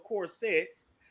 corsets